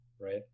right